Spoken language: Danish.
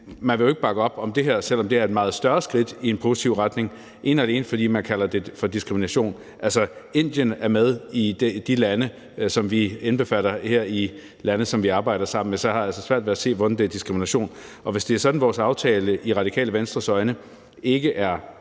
man vil ikke bakke op om det her, selv om det er et meget større skridt i en positiv retning, ene og alene fordi man kalder det for diskrimination. Altså, Indien er med blandt de lande, som vi indbefatter i lande, som vi arbejder sammen med. Så jeg har altså svært ved at se, hvordan det er diskrimination. Hvis det er sådan, at vores aftale i Radikale Venstres øjne ikke er,